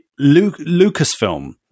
Lucasfilm